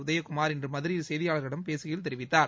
உதயகுமார் இன்று மதுரையில் செய்தியாளர்களிடம் பேசுகையில் தெரிவித்தார்